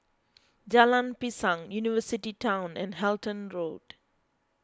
Jalan Pisang University Town and Halton Road